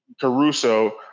Caruso